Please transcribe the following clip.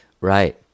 Right